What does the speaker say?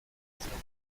anzeigen